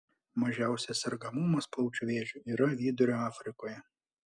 mažiausias sergamumas plaučių vėžiu yra vidurio afrikoje